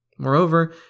Moreover